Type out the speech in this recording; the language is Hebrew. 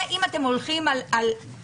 אם אתם הולכים על ה-OECD,